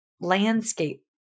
landscape